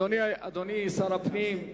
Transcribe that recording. אדוני, שר הפנים.